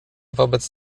wobec